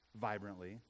vibrantly